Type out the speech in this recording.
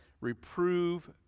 reprove